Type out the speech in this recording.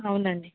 అవునండి